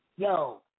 Yo